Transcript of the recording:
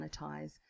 monetize